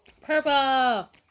Purple